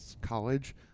college